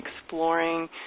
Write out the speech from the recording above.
exploring